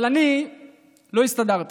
אבל אני לא הסתדרתי,